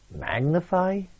magnify